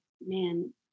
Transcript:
man